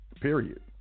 period